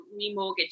remortgage